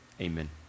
Amen